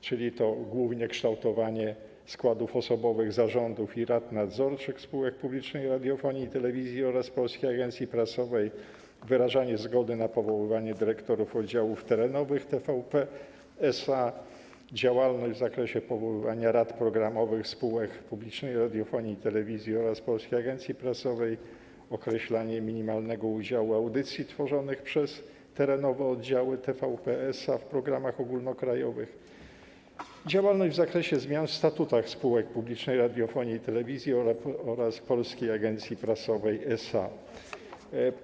Chodzi głównie o kształtowanie składów osobowych zarządów i rad nadzorczych spółek publicznej radiofonii i telewizji oraz Polskiej Agencji Prasowej, wyrażanie zgody na powoływanie dyrektorów oddziałów terenowych TVP S.A., działalność w zakresie powoływania rad programowych spółek publicznej radiofonii i telewizji oraz Polskiej Agencji Prasowej, określanie minimalnego udziału audycji tworzonych przez terenowe oddziały TVP S.A. w programach ogólnokrajowych, działalność w zakresie zmian w statutach spółek publicznych radiofonii i telewizji oraz Polskiej Agencji Prasowej S.A.